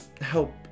help